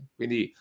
Quindi